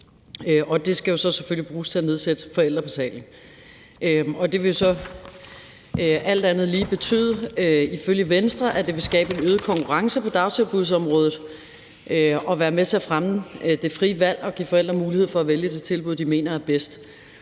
Det skal selvfølgelig bruges til at nedsætte forældrebetalingen. Det vil jo så alt andet lige ifølge Venstre betyde, at det vil skabe en øget konkurrence på dagtilbudsområdet og være med til at fremme det frie valg og give forældre mulighed for at vælge det tilbud, de mener er bedst.